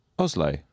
Oslo